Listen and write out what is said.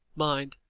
mind,